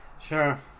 Sure